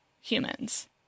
humans